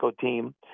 team